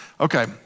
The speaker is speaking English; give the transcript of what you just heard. Okay